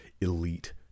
elite